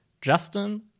Justin